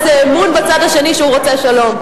איזה אמון בצד השני שהוא רוצה שלום.